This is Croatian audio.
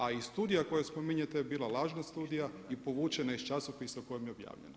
A i studija koju spominjete je bila lažna studija i povućena je iz časopisa u kojem je objavljena.